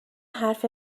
حرف